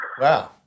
Wow